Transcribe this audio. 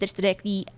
directly